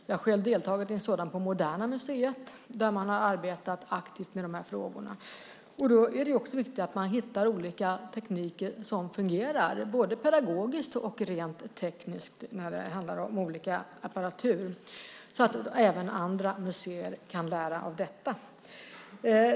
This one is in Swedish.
Jag har själv deltagit i en sådan på Moderna museet, där man har arbetat aktivt med de här frågorna. Då är det också viktigt att man hittar olika tekniker som fungerar, både pedagogiskt och rent tekniskt när det handlar om olika apparatur, så att även andra museer kan lära av detta.